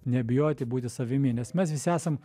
nebijoti būti savimi nes mes visi esam